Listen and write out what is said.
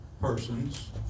persons